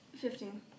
Fifteen